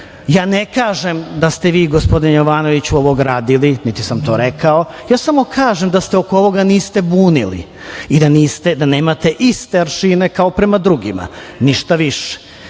ne kažem da ste vi, gospodine Jovanoviću, ovo gradili, niti sam to rekao. Ja samo kažem da se oko ovoga niste bunili i da nemate iste aršine kao prema drugima, ništa više.